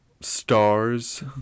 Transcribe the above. stars